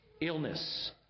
Illness